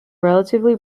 relatively